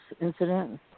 incident